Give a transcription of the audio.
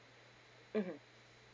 mmhmm